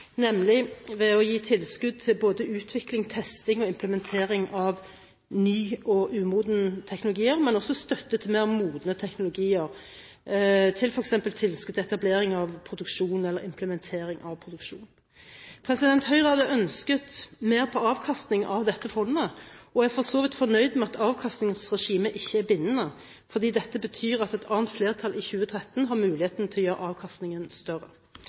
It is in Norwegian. nemlig ved å gi tilskudd til både utvikling, testing og implementering av nye og umodne teknologier og støtte til mer modne teknologier, f.eks. tilskudd til etablering eller implementering av produksjon. Høyre hadde ønsket mer avkastning av dette fondet og er for så vidt fornøyd med at avkastningsregimet ikke er bindende, fordi dette betyr at et annet flertall i 2013 har mulighet til å gjøre avkastningen større.